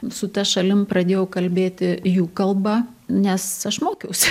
su ta šalim pradėjau kalbėti jų kalba nes aš mokiausi